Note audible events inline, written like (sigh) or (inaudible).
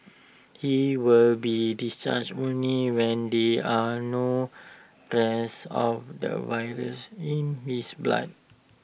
he will be discharged only when there are no (unintelligible) of the virus in his blood